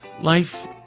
Life